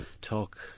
talk